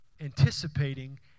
anticipating